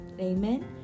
Amen